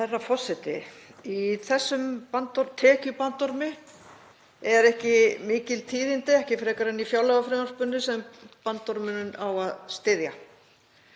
Herra forseti. Í þessum tekjubandormi eru ekki mikil tíðindi, ekki frekar en í fjárlagafrumvarpinu sem bandormurinn á að styðja.